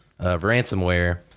ransomware